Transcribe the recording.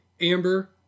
Amber